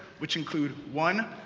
which include, one,